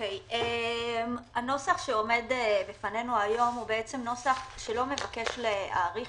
הנוסח שעומד בפנינו היום לא מבקש להאריך